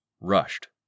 rushed